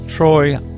Troy